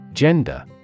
Gender